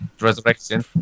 Resurrection